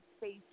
space